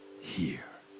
here.